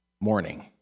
morning